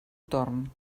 torn